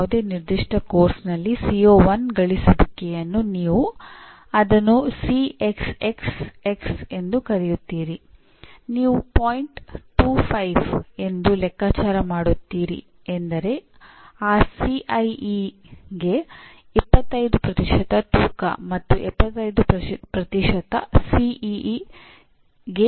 ಸಂಕೀರ್ಣ ಎಂಜಿನಿಯರಿಂಗ್ ಸಮಸ್ಯೆಗಳಿಗೆ ಪರಿಹಾರಗಳನ್ನು ವಿನ್ಯಾಸಗೊಳಿಸಬೇಕು ಮತ್ತು ಸಾರ್ವಜನಿಕ ಆರೋಗ್ಯ ಮತ್ತು ಸುರಕ್ಷತೆ ಮತ್ತು ಸಾಂಸ್ಕೃತಿಕ ಸಾಮಾಜಿಕ ಮತ್ತು ಪರಿಸರ ಪರಿಗಣನೆಗಳಿಗೆ ಸೂಕ್ತವಾದ ಪರಿಗಣನೆಯೊಂದಿಗೆ ನಿಗದಿತ ಅಗತ್ಯಗಳನ್ನು ಪೂರೈಸುವ ವಿನ್ಯಾಸ ವ್ಯವಸ್ಥೆಯ ಘಟಕಗಳು ಅಥವಾ ಪ್ರಕ್ರಿಯೆಗಳನ್ನು ವಿನ್ಯಾಸಗೊಳಿಸಬೇಕು